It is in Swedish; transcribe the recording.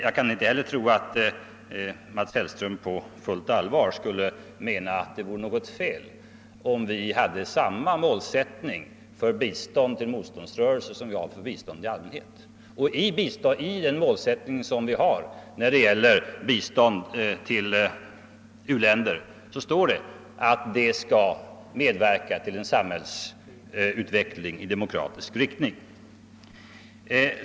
Jag kan inte heller tro att herr Hellström på fullt allvar skulle mena att det vore något fel, om vi hade samma målsättning för bistånd till motståndsrörelser som vi har för bistånd i allmänhet. I den målsättningen sägs det ju, att biståndet skall medverka till en samhällsutveckling i demokratisk riktning.